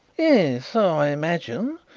yes, so i imagine.